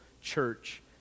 church